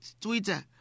Twitter